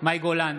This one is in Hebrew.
מאי גולן,